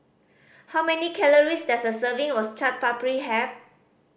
how many calories does a serving of Chaat Papri have